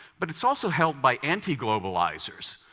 but it's also held by anti-globalizers,